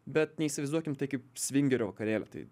bet neįsivaizduokim tai kaip svingerių vakarėlio tai